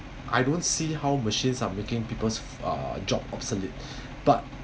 I don't see how machines are making people's uh job obsolete but